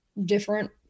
different